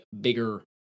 bigger